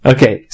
Okay